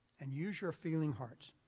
and use your feeling hearts,